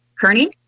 Kearney